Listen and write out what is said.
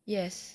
yes